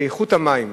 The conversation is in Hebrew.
איכות המים,